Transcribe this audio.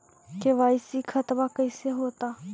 KYC खतबा कैसे होता?